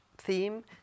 theme